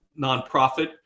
nonprofit